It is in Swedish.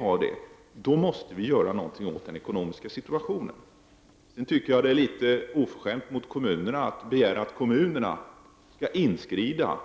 Jag tycker vidare att det är litet oförskämt mot kommunerna att begära att dessa skall inskrida